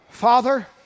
Father